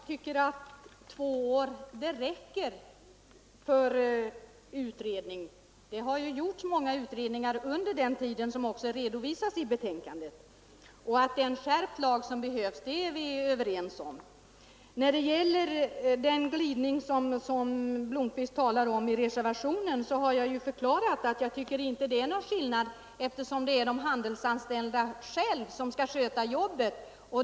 Fru talman! Två år räcker för en utredning. Många utredningar har gjorts under den tiden, vilka också redovisas i betänkandet. Att en skärpt lag behövs är vi överens om. Beträffande den glidning i reservationen som herr Blomkvist talar om har jag förklarat, att jag inte tycker att det är någon skillnad, eftersom de handelsanställda själva skall sköta jobbet.